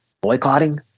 boycotting